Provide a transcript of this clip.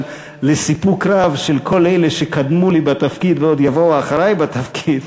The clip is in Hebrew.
אבל לסיפוק רב של כל אלה שקדמו לי בתפקיד ועוד יבואו אחרי בתפקיד,